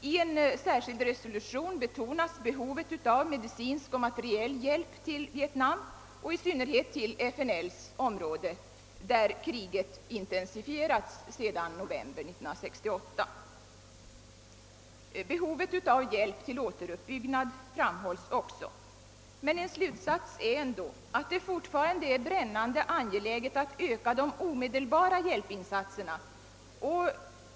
I en särskild resolution betonas behovet av medicinsk och materiell hjälp till Vietnam och i synnerhet till FNL:s område, där kriget intensifierats sedan november 1968. Behovet av hjälp till återuppbyggnad framhålls också. En slutsats är dock att det fortfarande är brännande angeläget att öka de omedelbara hjälpinsatserna.